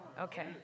Okay